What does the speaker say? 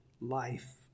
life